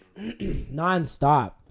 nonstop